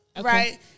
right